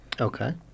okay